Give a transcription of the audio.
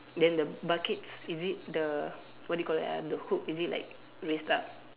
then the buckets is it the what do you call that ah the hook is it like raise up